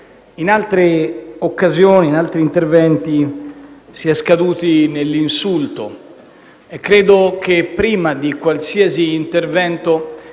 ed elementi, in altri interventi si è scaduti nell'insulto e credo che, prima di qualsiasi intervento,